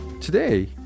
today